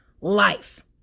life